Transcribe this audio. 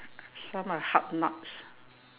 some are hard nuts